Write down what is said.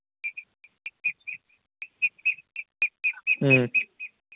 ꯎꯝ